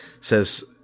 says